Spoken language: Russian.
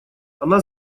она